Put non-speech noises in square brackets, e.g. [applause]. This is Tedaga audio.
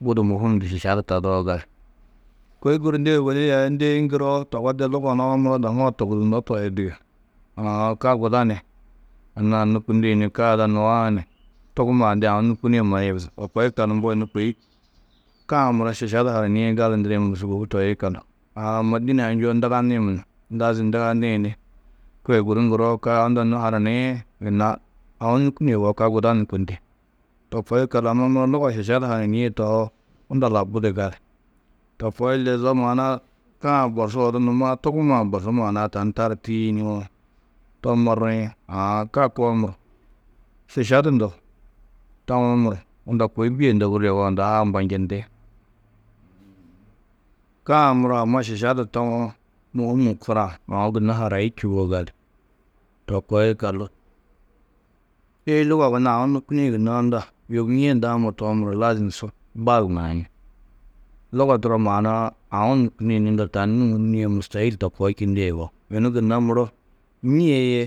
budi mûhum du šiša du taduroo gali. Kôi guru ndêe ôwonni aya ndêi ŋgiroo, togo de luga nuã muro dahu-ã tubudunnó tohi dige. Aã ka guda ni anna-ã nûkundi ni ka ada nuã ni tugummaa-ã de aũ nûkunie [unintelligible] to koo yikallu mbo nû kôi ka-ã muro šiša du haranîe gali ndirĩ muro sûbou toi yikallu. Aã amma dîne-ã ha njûwo nduganĩ munum, [unintelligible] ndugani ni kôi guru ŋgiroo ka unda nû haraniĩ gunna aũ nûkunie yugó, ka guda nûkundi. To koo yikallu amma muro luga šiša du hananîe tohoo, unda lau budi gali. To koo ille zo maana-ã ka-ã borsu numa tugummaa-ã borsu maana-ã tani taru tîyii nuwo, to morriĩ. Aã ka koo muro šiša du ndo tawo muro unda kôi bîe ndoburîe yugó, unda ha ambanjindi. Ka-ã muro amma šiša tawo, mûhum korã aũ gunna harayi čûwo gali. To koo yikallu êi luga gunna aũ nûkunĩ gunna unda yobîe daamo tohoo muro, lazim su bal naĩ. Luga turo maana-ã aũ nûkuni ni unda tani nûŋurú nîe mûstahil to koo čindîe yugó. Yunu gunna muro nîe yê.